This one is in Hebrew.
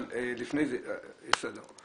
אבל לפני זה, יש סדר.